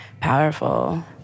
powerful